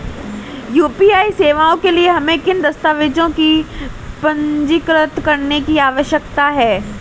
UPI सेवाओं के लिए हमें किन दस्तावेज़ों को पंजीकृत करने की आवश्यकता है?